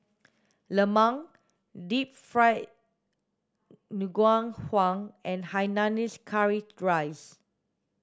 lemang deep fried ngoh hiang and hainanese curry rice